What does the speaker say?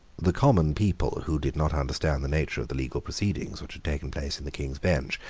the common people, who did not understand the nature of the legal proceedings which had taken place in the king's bench,